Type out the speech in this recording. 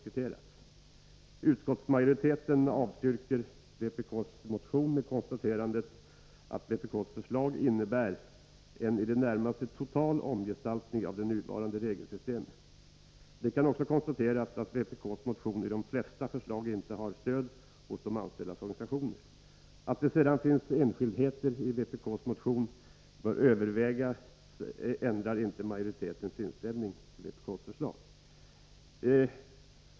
Utskottsmajoriteten avstyrker vpk:s motion med konstaterandet att vpk:s förslag innebär en i det närmaste total omgestaltning av det nuvarande regelsystemet. Det kan också konstateras att de flesta förslagen i vpk:s motion inte har stöd hos de anställdas organisationer. Att det sedan finns enskildheter i vpk:s motion som bör övervägas ändrar inte majoritetens inställning till vpk:s förslag.